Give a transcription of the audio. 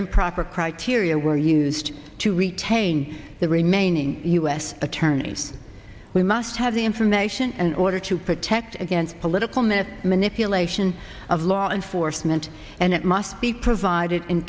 improper criteria were used to retain the remaining u s attorneys we must have the information and order to protect against political net manipulation of law enforcement and it must be provided in